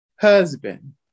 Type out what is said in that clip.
husband